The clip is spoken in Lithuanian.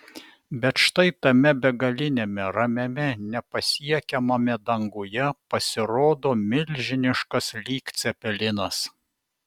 bet štai tame begaliniame ramiame nepasiekiamame danguje pasirodo milžiniškas lyg cepelinas